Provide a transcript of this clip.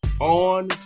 on